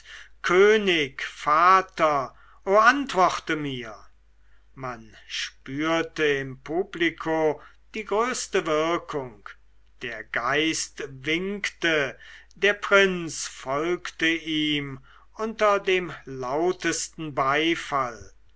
könig vater o antworte mir man spürte im publiko die größte wirkung der geist winkte der prinz folgte ihm unter dem lautesten beifall